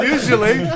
Usually